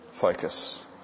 focus